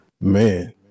man